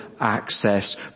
access